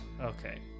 Okay